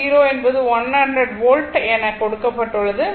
VC என்பது 100 volt என கொடுக்கப்பட்டுள்ளது